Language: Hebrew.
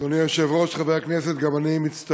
אדוני היושב-ראש, חברי הכנסת, גם אני מצטרף